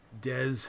Des